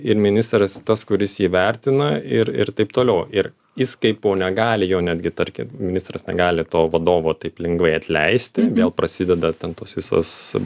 ir ministras tas kuris įvertina ir ir taip toliau ir jis kaipo negali jo netgi tarkim ministras negali to vadovo taip lengvai atleisti vėl prasideda ten tos visos